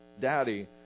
daddy